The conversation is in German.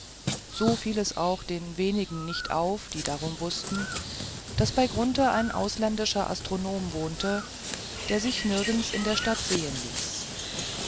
so fiel es auch den wenigen nicht auf die darum wußten daß bei grunthe ein ausländischer astronom wohnte der sich nirgends in der stadt sehen ließ